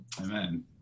Amen